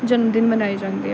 ਜਨਮਦਿਨ ਮਨਾਏ ਜਾਂਦੇ ਹੈ